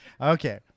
okay